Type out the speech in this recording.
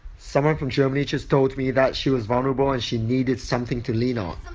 someone from germany just told me that she was vulnerable and she needed something to lean on.